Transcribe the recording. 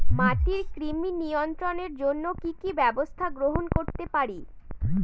মাটির কৃমি নিয়ন্ত্রণের জন্য কি কি ব্যবস্থা গ্রহণ করতে পারি?